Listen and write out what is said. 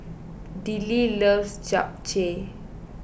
Dillie loves Japchae